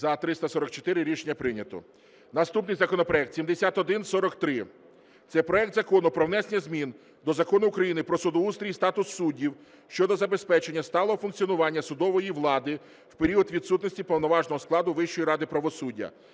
За – 344 Рішення прийнято. Наступний законопроект – 7143. Це проект Закону про внесення змін до Закону України "Про судоустрій і статус суддів" щодо забезпечення сталого функціонування судової влади в період відсутності повноважного складу Вищої ради правосуддя.